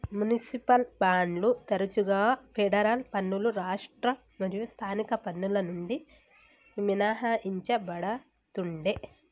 municipal బాండ్లు తరచుగా federal పన్నులు రాష్ట్ర మరియు స్థానిక పన్నుల నుండి మినహాయించబడతుండే